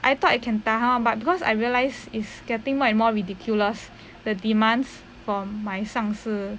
I thought I can tahan [one] but because I realise is getting more and more ridiculous the demands from my 上司